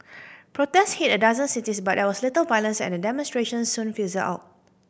protest hit a dozen cities but there was little violence and the demonstration soon fizzled out